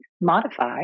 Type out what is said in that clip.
modify